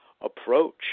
approach